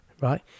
right